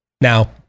Now